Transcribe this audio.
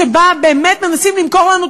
שבה באמת מנסים למכור לנו,